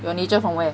your nature from where